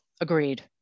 Agreed